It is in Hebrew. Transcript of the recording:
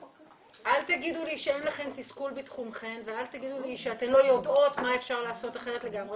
אל תגידו לי שאתן לא יודעות מה אפשר לעשות אחרת לגמרי.